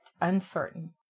uncertain